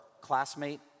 classmate